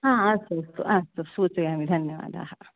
हा अस्तु अस्तु अस्तु सूचयामि धन्यवादाः